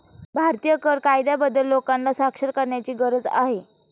भारतीय कर कायद्याबद्दल लोकांना साक्षर करण्याची गरज आहे